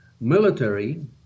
military